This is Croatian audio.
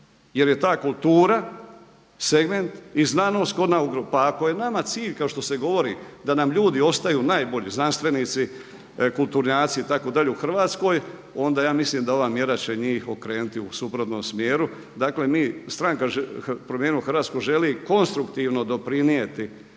jer je ta kultura segment i znanost … pa ako je nama cilj kao što se govori da nam ljudi ostaju najbolji znanstvenici, kulturnjaci itd. u Hrvatskoj onda ja mislim da ova mjera će njih okrenuti u suprotnom smjeru. Dakle, mi stranka Promijenimo Hrvatsku želi konstruktivno doprinijeti